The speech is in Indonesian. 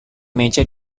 meja